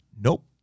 nope